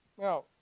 Now